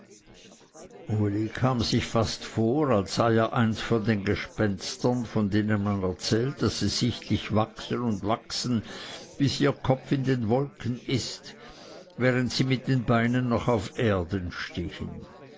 uli kam sich fast vor als sei er eins von den gespenstern von denen man erzählt daß sie sichtlich wachsen und wachsen bis ihr kopf in den wolken ist während sie mit den beinen noch auf erden stehen